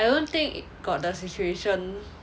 I don't think got the situation